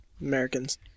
americans